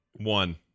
One